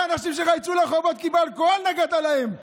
האנשים שלך יצאו לרחובות כי נגעת להם באלכוהול.